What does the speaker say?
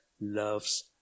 loves